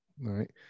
right